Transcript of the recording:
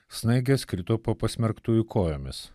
snaigės krito po pasmerktųjų kojomis